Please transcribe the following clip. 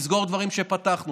לסגור דברים שפתחנו,